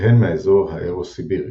והן מהאזור האירו-סיבירי,